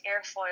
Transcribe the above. airfoil